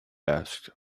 asked